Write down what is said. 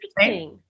Interesting